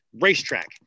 racetrack